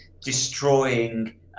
destroying